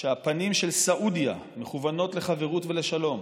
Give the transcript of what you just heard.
שהפנים של סעודיה מכוונות לחברות ולשלום,